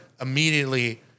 immediately